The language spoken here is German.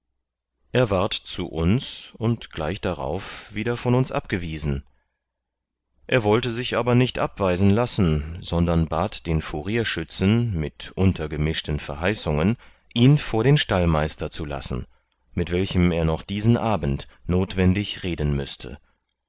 er ward zu uns und gleich darauf wieder von uns abgewiesen er wollte sich aber nicht ab weisen lassen sondern bat den furierschützen mit untergemischten verheißungen ihn vor den stallmeister zu lassen mit welchem er noch diesen abend notwendig reden müßte